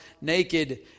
naked